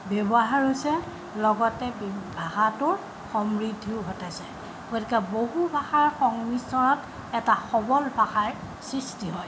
ব্যৱহাৰ হৈছে লগতে বি ভাষাটোৰ সমৃদ্ধিও ঘটাইছে গতিকে বহু ভাষাৰ সংমিশ্ৰণত এটা সবল ভাষাৰ সৃষ্টি হয়